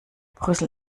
brüssel